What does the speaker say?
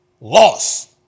loss